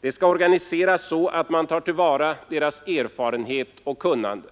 Det skall organiseras så att man tar till vara deras erfarenhet och kunnande.